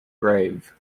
grave